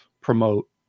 promote